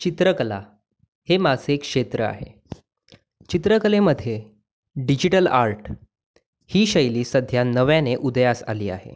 चित्रकला हे माझे क्षेत्र आहे चित्रकलेमध्ये डिजिटल आर्ट ही शैली सध्या नव्याने उदयास आली आहे